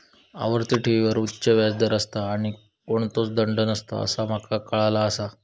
आवर्ती ठेवींवर उच्च व्याज दर असता आणि कोणतोच दंड नसता असा माका काळाला आसा